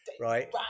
Right